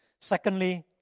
Secondly